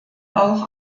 auch